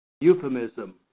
Euphemism